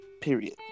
period